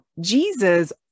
Jesus